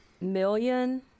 Million